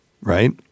right